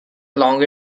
along